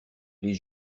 les